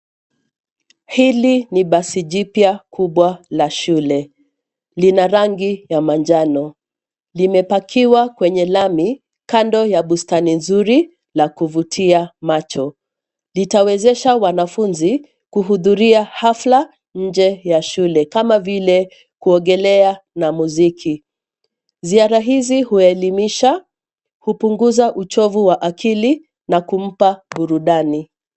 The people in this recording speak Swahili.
Hili ni basi jipya kubwa la shule, lina rangi ya manjano limepakiwa kwenye lami kando ya bustani nzuri la kuvutia macho. Litawezesha wanafunzi kuhudhuria hafla nje ya shule kama vile kuogelea na muziki, ziara hizi huelimisha, hupunguza uchofu wa akili na kumpa burudani.